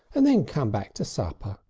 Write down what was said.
and then come back to supper.